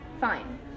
Fine